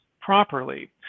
properly